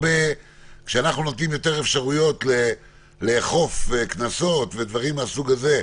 כשאנחנו נותנים יותר אפשרויות לאכוף קנסות ודברים מהסוג הזה,